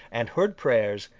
and heard prayers,